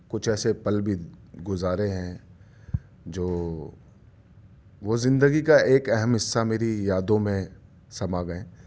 کچھ ایسے پل بھی گزارے ہیں جو وہ زندگی کا ایک اہم حصہ میری یادوں میں سما گئے